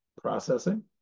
processing